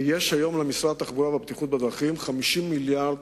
ולמשרד התחבורה והבטיחות בדרכים יש היום 50 מיליארד